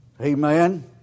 Amen